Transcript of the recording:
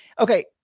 okay